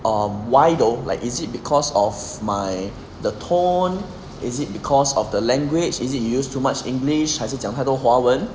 um why though like is it because of my the tone is it because of the language is it use too much english 还是讲太多华文